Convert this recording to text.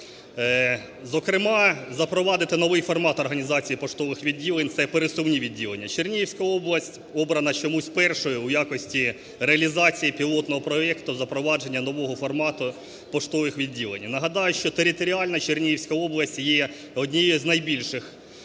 зокрема запровадити новий формат організації поштових відділень, це пересувні відділення. Чернігівська область обрана чомусь першою у якості реалізації пілотного проекту запровадження нового формату поштових відділень. Нагадаю, що територіально Чернігівська область є однією з найбільших